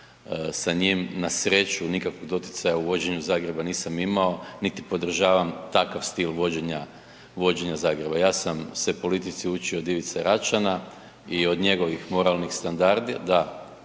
sa njim na sreću nikakvog doticaja u vođenju Zagreba nisam imao, niti podržavam takav stil vođenja, vođenja Zagreba, ja sam se politici učio od Ivice Račana i od njegovih moralnih standarda